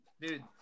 Dude